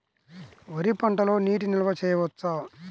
వరి పంటలో నీటి నిల్వ చేయవచ్చా?